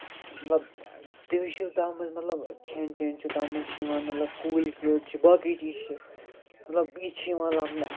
مطلب تُہۍ وٕچھِو تَتھ منٛز مطلب کھٮ۪ن چٮ۪ن چھُ تَتھ منٛز چھُ یِوان مطلب کُلۍ کٔٹۍ چھِ باقٕے چیٖز چھِ مطلب یہِ چھِ یِوان لَبنہٕ